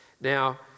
Now